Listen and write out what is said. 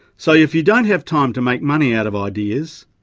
so if you don't have time to make money out of ideas,